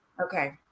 Okay